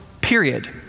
period